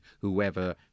whoever